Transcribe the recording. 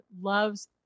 loves